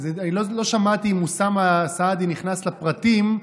אני לא שמעתי אם אוסאמה סעדי נכנס לפרטים,